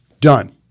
Done